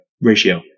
ratio